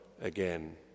again